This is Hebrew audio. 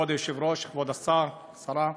כבוד היושב-ראש, כבוד השר, השרה,